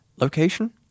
Location